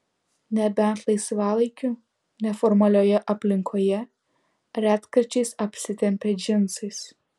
nebent laisvalaikiu neformalioje aplinkoje retkarčiais apsitempia džinsais